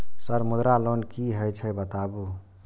Sir Mudra loan की हे छे बताबू?